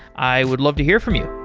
i would love to hear from you.